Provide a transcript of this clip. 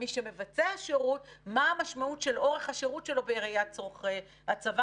ומי שמבצע שירות מה המשמעות של אורך השירות שלו בראיית צורכי הצבא.